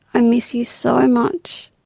i miss you so much.